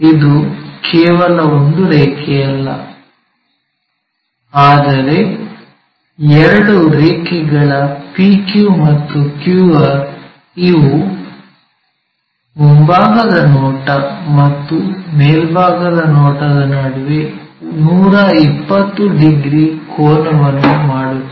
ಇದು ಕೇವಲ ಒಂದು ರೇಖೆಯಲ್ಲ ಆದರೆ ಎರಡು ರೇಖೆಗಳ PQ ಮತ್ತು QR ಇವು ಮುಂಭಾಗದ ನೋಟ ಮತ್ತು ಮೇಲ್ಭಾಗದ ನೋಟದ ನಡುವೆ 120 ಡಿಗ್ರಿ ಕೋನವನ್ನು ಮಾಡುತ್ತದೆ